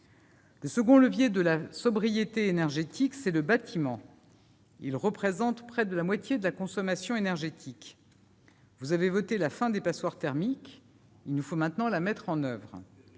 Le second levier de la sobriété énergétique, c'est le bâtiment, qui représente près de la moitié de la consommation énergétique. Vous avez voté la fin des passoires thermiques : il nous faut maintenant la mettre en oeuvre.